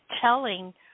telling